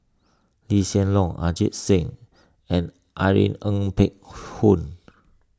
Lee Hsien Loong Ajit Singh and Irene Ng Phek Hoong